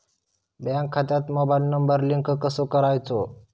Bank खात्यात mobile number link कसो करायचो?